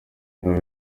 niba